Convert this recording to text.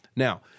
Now